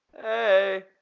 Hey